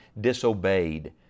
disobeyed